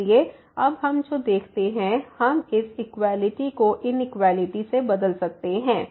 इसलिए अब हम जो देखते हैं हम इस इक्वालिटी को इनिक्वालिटी से बदल सकते हैं